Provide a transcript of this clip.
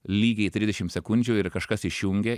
lygiai trisdešim sekundžių ir kažkas išjungė